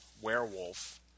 werewolf